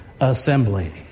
assembly